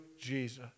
Jesus